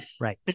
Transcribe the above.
Right